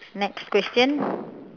next question